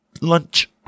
Lunch